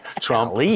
Trump